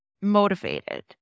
motivated